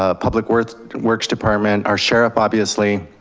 ah public works works department, our sheriff obviously